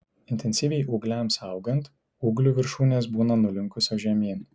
intensyviai ūgliams augant ūglių viršūnės būna nulinkusios žemyn